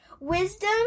wisdom